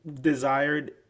desired